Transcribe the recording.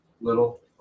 Little